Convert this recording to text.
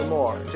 More